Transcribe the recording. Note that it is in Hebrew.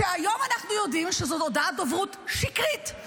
והיום אנחנו יודעים שזו הודעת דוברות שקרית.